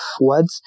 words